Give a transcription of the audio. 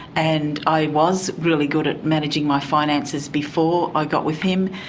and i was really good at managing my finances before i got with him,